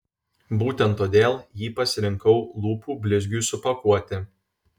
būtent todėl jį pasirinkau lūpų blizgiui supakuoti